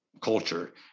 culture